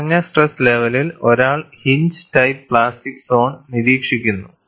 കുറഞ്ഞ സ്ട്രെസ് ലെവലിൽ ഒരാൾ ഹിഞ്ച് ടൈപ്പ് പ്ലാസ്റ്റിക് സോൺ നിരീക്ഷിക്കുന്നു